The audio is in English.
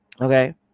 Okay